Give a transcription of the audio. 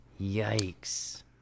Yikes